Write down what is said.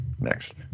next